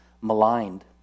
maligned